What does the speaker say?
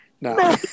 No